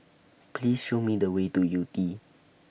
Please Show Me The Way to Yew Tee